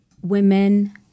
women